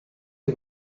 chi